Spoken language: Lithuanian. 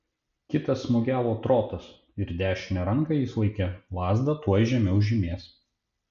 kitas smūgiavo trotas ir dešine ranka jis laikė lazdą tuoj žemiau žymės